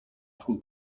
from